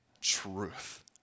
truth